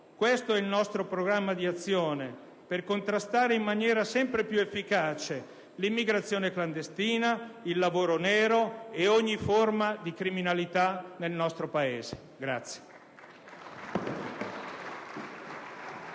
questo è il nostro programma di azione, per contrastare in maniera sempre più efficace l'immigrazione clandestina, il lavoro nero e ogni forma di criminalità nel nostro Paese.